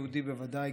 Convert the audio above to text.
יהודי בוודאי,